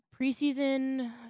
Preseason